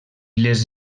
les